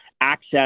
access